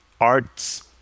Arts